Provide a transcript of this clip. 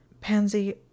Pansy